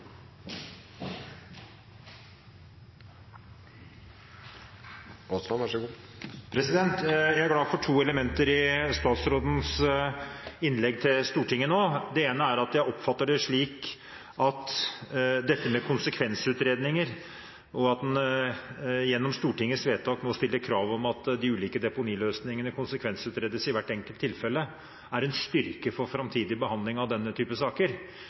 to elementer i statsrådens innlegg til Stortinget nå. Det ene er at jeg oppfatter det slik at dette med konsekvensutredninger, og at en gjennom Stortingets vedtak må stille krav om at de ulike deponiløsningene konsekvensutredes i hvert enkelt tilfelle, er en styrke for framtidig behandling av denne type saker.